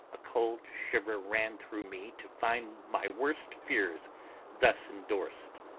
a cold shiver ran through me to find my worst fears thus endorsed.